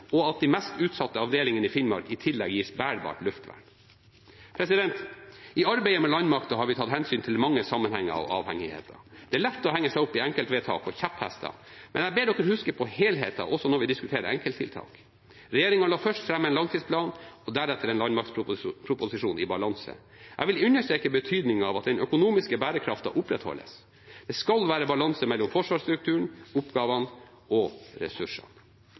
og i tillegg gi de mest utsatte avdelingene i Finnmark bærbart luftvern. I arbeidet med landmakten har vi tatt hensyn til mange sammenhenger og avhengigheter. Det er lett å henge seg opp i enkeltvedtak og kjepphester, men jeg ber Stortinget huske på helheten også når vi diskuterer enkelttiltak. Regjeringen la først fram en langtidsplan og deretter en landmaktproposisjon i balanse. Jeg vil understreke betydningen av at den økonomiske bærekraften opprettholdes. Det skal være balanse mellom forsvarsstrukturen, oppgavene og ressursene.